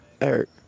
Eric